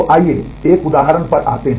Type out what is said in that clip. तो आइए एक उदाहरण पर आते हैं